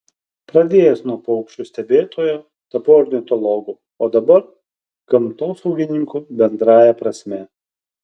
pradėjęs nuo paukščių stebėtojo tapau ornitologu o dabar gamtosaugininku bendrąja prasme